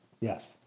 yes